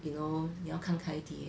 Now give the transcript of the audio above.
you know 你要看开一点